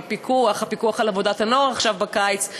הפיקוח על עבודת הנוער עכשיו בקיץ,